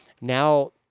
Now